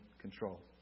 control